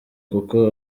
kuko